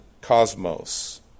cosmos